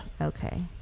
okay